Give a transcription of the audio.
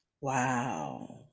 Wow